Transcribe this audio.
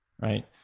Right